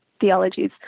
theologies